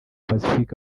pacific